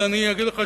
אז אני אגיד לך,